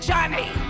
Johnny